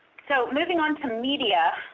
so moving on to media.